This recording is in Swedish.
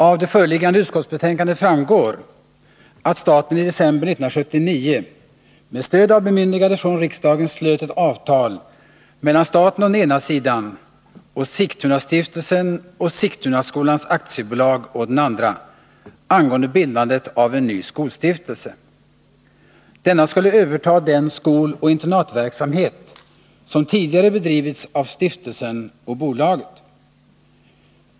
Av det föreliggande utskottsbetänkandet framgår att staten i december 1979 med stöd av bemyndigande från riksdagen slöt ett avtal mellan staten å den ena sidan och Sigtunastiftelsen och Sigtunaskolans AB å den andra angående bildandet av en ny skolstiftelse. Denna skulle överta den skoloch internatverksamhet som tidigare bedrivits av stiftelsen och bolaget.